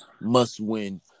must-win